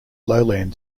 lowland